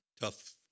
tough